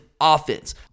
offense